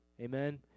Amen